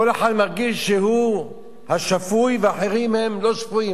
כל אחד מרגיש שהוא השפוי ואחרים הם לא שפויים,